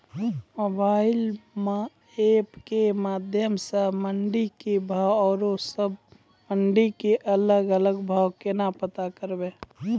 Mobile म app के माध्यम सऽ मंडी के भाव औरो सब मंडी के अलग अलग भाव केना पता करबै?